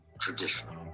traditional